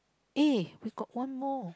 eh you got one more